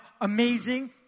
amazing